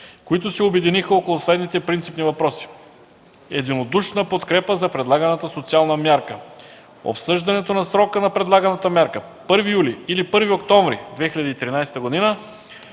които се обединиха около следните принципни въпроси: - единодушна подкрепа за предлаганата социална мярка; - обсъждането на срока на предлаганата мярка – 1 юли или 1 октомври 2013 г.,